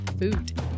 food